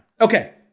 Okay